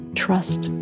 trust